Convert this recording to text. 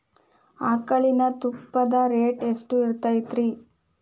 ಆಕಳಿನ ತುಪ್ಪದ ರೇಟ್ ಎಷ್ಟು ಇರತೇತಿ ರಿ?